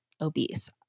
obese